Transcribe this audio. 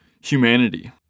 humanity